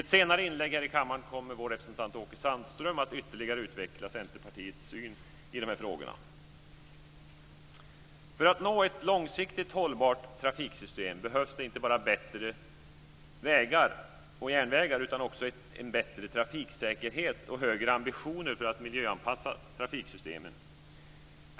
I ett senare inlägg här i kammaren kommer vår representant Åke Sandström att ytterligare utveckla Centerpartiets syn i dessa frågor. För att nå ett långsiktigt hållbart trafiksystem behövs det inte bara bättre vägar och järnvägar utan också en bättre trafiksäkerhet och högre ambitioner för att miljöanpassa trafiksystemen.